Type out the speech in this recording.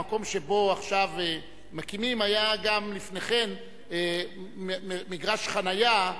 המקום שעכשיו מקימים עליו היה לפני כן מגרש חנייה,